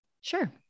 Sure